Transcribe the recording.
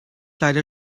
leider